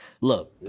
Look